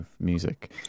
music